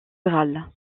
rurale